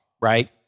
right